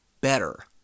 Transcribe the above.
better